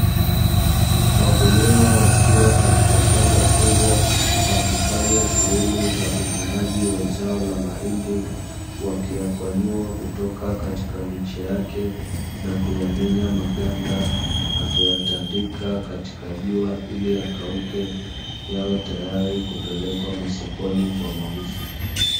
wakulima wakiwa katika shamba kubwa wakifanya shughuli za uvunaji wa zao la mahindi, wakiyakwanyua kutoka katika miche yake na kuyamenya maganda, na kuyatandika katika jua ili yakauke, yawe tayari kupelekwa masokoni kwa mauzo.